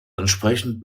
entsprechend